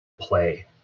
Play